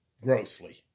grossly